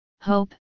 Hope